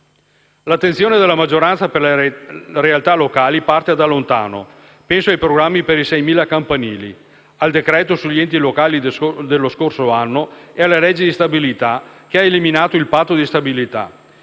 L'attenzione della maggioranza per le realtà locali parte da lontano: penso ai programmi per i 6.000 campanili, al decreto sugli enti locali dello scorso anno e alla legge di stabilità, che ha eliminato il Patto di stabilità;